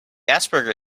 asperger